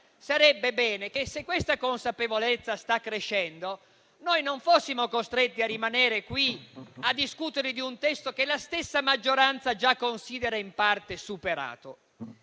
sarebbe bene che, se questa consapevolezza sta crescendo, noi non fossimo costretti a rimanere qui a discutere di un testo che la stessa maggioranza già considera in parte superato.